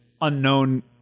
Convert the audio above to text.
unknown